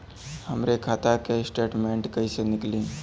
हमरे खाता के स्टेटमेंट कइसे निकली?